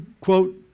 quote